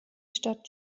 stadt